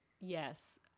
Yes